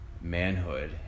manhood